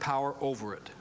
power over it